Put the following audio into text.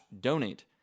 donate